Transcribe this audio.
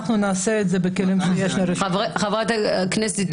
חברת הכנסת,